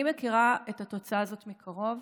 אני מכירה את התוצאה הזאת מקרוב,